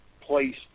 place